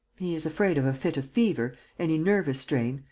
he is afraid of a fit of fever, any nervous strain,